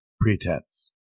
Pretense